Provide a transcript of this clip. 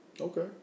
Okay